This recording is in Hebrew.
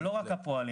ולא רק הפועלים.